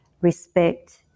respect